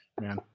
man